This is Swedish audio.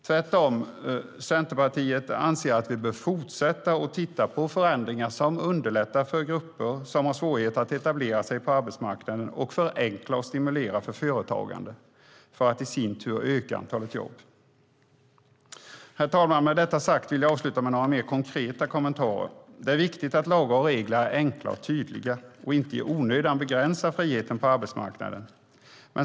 Tvärtom anser Centerpartiet att vi bör fortsätta att titta på förändringar som underlättar för grupper som har svårigheter att etablera sig på arbetsmarknaden och förenkla och stimulera för företagande för att i sin tur öka antalet jobb. Herr talman! Med detta sagt vill jag avsluta med några mer konkreta kommentarer. Det är viktigt att lagar och regler är enkla och tydliga och inte i onödan begränsar friheten på arbetsmarknaden.